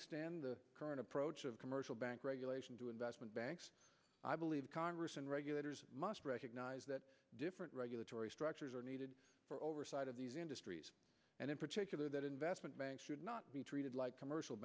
extend the current approach of commercial bank regulation to investment banks i believe congress and regulators must recognize that different regulatory structures are needed for oversight of these industries and in particular that investment banks should not be treated like commercial